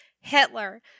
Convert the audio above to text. Hitler